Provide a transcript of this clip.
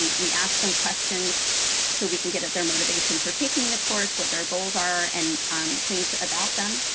um we ask them questions so we can get at their motivation for taking the course, what their goals are, and things about them.